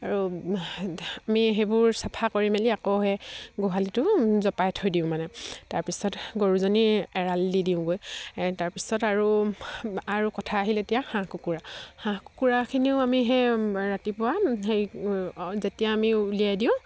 আৰু আমি সেইবোৰ চাফা কৰি মেলি আকৌ সেই গোহালিটো জপাই থৈ দিওঁ মানে তাৰপিছত গৰুজনী এৰাল দি দিওঁগৈ তাৰপিছত আৰু আৰু কথা আহিলে এতিয়া হাঁহ কুকুৰা হাঁহ কুকুৰাখিনিও আমি সেই ৰাতিপুৱা হেৰি যেতিয়া আমি উলিয়াই দিওঁ